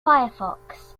firefox